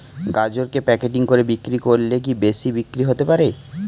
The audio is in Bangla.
গাজরকে প্যাকেটিং করে বিক্রি করলে কি বেশি বিক্রি হতে পারে?